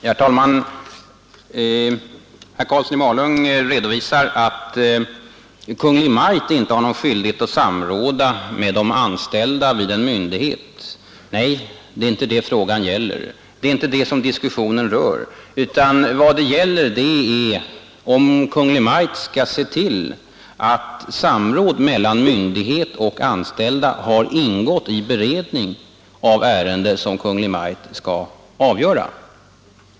Herr talman! Herr Karlsson i Malung redovisar att Kungl. Maj:t inte har någon skyldighet att samråda med de anställda vid en myndighet. Nej, det är inte detta frågan gäller. Det är inte det som diskussionen rör. Vad det gäller är om Kungl. Maj:t skall se till att samråd mellan myndighet och anställda har ingått i beredning av ärende som Kungl. Maj:t skall avgöra.